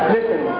Listen